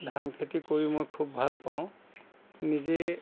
ধান খেতি কৰি মই খুব ভালপাওঁ নিজেই